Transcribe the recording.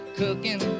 cooking